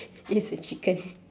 it's a chicken